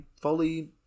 fully